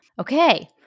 Okay